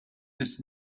bis